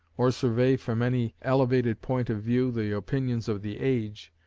or survey from any elevated point of view the opinions of the age,